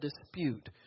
dispute